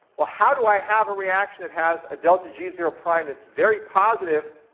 well, how do i have a reaction that has a delta g zero prime that's very positive,